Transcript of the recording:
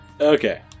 Okay